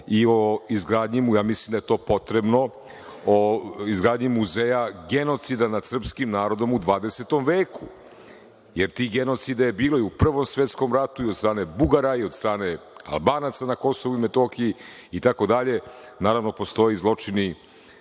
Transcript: i o izgradnji, mislim da je to potrebno, muzeja genocida nad srpskim narodom u 20. veku, jer tih genocida je bilo i u Prvom svetskom ratu od strane Bugara, od strane Albanaca na Kosovu i Metohiji itd. Naravno, postoje zločini